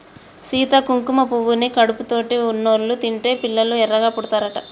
సీత కుంకుమ పువ్వుని కడుపుతోటి ఉన్నోళ్ళు తింటే పిల్లలు ఎర్రగా పుడతారట